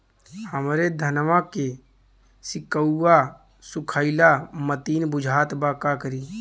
हमरे धनवा के सीक्कउआ सुखइला मतीन बुझात बा का करीं?